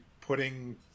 putting